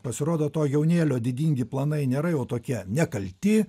pasirodo to jaunėlio didingi planai nėra jau tokie nekalti